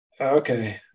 Okay